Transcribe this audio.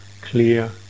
clear